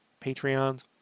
Patreon's